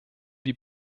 die